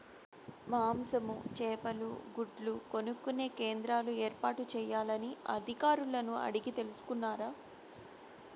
మాంసము, చేపలు, గుడ్లు కొనుక్కొనే కేంద్రాలు ఏర్పాటు చేయాలని అధికారులను అడిగి తెలుసుకున్నారా?